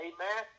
Amen